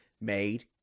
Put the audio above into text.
made